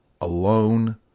alone